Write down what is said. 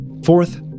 Fourth